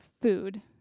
food